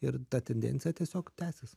ir ta tendencija tiesiog tęsis